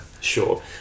Sure